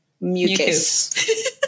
mucus